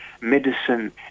medicine